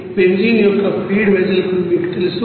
benzene యొక్క feed vessel మీకు తెలుసు